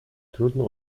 trudno